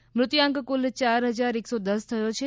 જ્યારે મૃત્યુ આંક કુલ ચાર હજાર એકસો દસ થયો છે